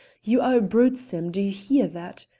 you are a brute, sim, do you hear that?